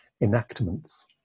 enactments